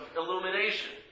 illumination